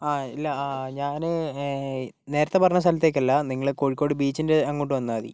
ആ ഇല്ല ഞാൻ നേരത്തെ പറഞ്ഞ സ്ഥലത്തേക്ക് അല്ല നിങ്ങൾ കോഴിക്കോട് ബീച്ചിൻ്റെ അങ്ങോട്ട് വന്നാൽ മതി